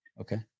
Okay